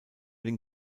den